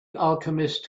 alchemist